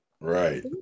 Right